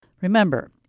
Remember